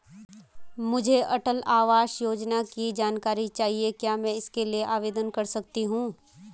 मुझे अटल आवास योजना की जानकारी चाहिए क्या मैं इसके लिए आवेदन कर सकती हूँ?